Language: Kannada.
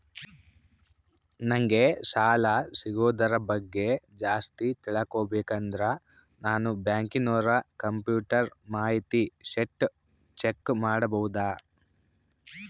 ನಂಗೆ ಸಾಲ ಸಿಗೋದರ ಬಗ್ಗೆ ಜಾಸ್ತಿ ತಿಳಕೋಬೇಕಂದ್ರ ನಾನು ಬ್ಯಾಂಕಿನೋರ ಕಂಪ್ಯೂಟರ್ ಮಾಹಿತಿ ಶೇಟ್ ಚೆಕ್ ಮಾಡಬಹುದಾ?